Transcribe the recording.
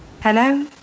Hello